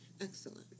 Excellent